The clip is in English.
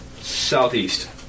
Southeast